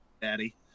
Daddy